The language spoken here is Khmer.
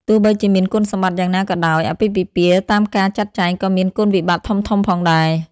ទោះបីជាមានគុណសម្បត្តិយ៉ាងណាក៏ដោយ អាពាហ៍ពិពាហ៍តាមការចាត់ចែងក៏មានគុណវិបត្តិធំៗផងដែរ។